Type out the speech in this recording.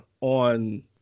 on